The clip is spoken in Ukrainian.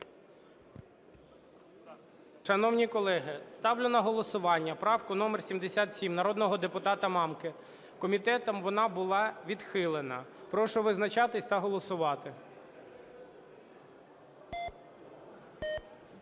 Шановні колеги, ставлю на голосування правку номер 77 народного депутата Мамки. Комітетом вона була відхилена. Прошу визначатись та голосувати.